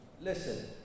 Listen